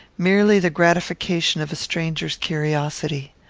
merely the gratification of a stranger's curiosity.